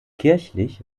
kirchlich